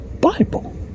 Bible